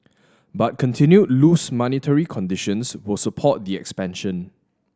but continued loose monetary conditions will support the expansion